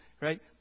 Right